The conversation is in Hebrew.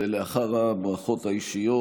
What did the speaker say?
ולאחר הברכות האישיות,